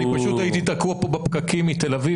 אני פשוט הייתי תקוע פה בפקקים מתל אביב.